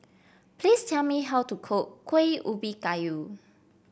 please tell me how to cook Kuih Ubi Kayu